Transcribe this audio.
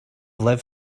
liv